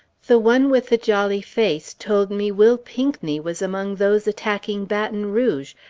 the one with the jolly face told me will pinckney was among those attacking baton rouge,